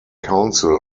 council